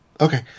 Okay